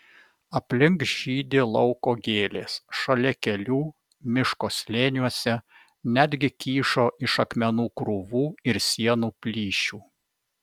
aplink žydi lauko gėlės šalia kelių miško slėniuose netgi kyšo iš akmenų krūvų ir sienų plyšių